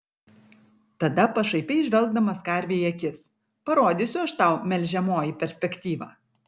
tada pašaipiai žvelgdamas karvei į akis parodysiu aš tau melžiamoji perspektyvą